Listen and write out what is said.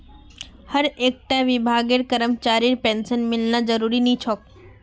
हर एक टा विभागेर करमचरीर पेंशन मिलना ज़रूरी नि होछे